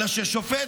אלא ששופט,